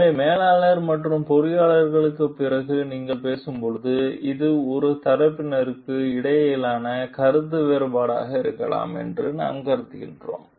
எனவே மேலாளர்கள் மற்றும் பொறியாளர்களுக்குப் பிறகு நீங்கள் பேசும்போது இது இரு தரப்பினருக்கும் இடையிலான கருத்து வேறுபாடாக இருக்கலாம் என்று நாம் கருதுகிறோம்